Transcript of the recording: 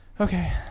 Okay